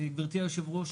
גברתי היושבת ראש,